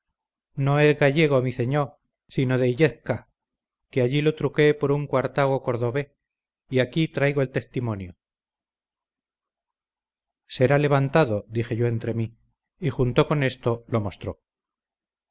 no ez gallego mi ceñor cino de illezcaz que allí lo truqué por un cuartago cordovez y aquí traigo el teztimonio será levantado dije yo entre mí y junto con esto lo mostró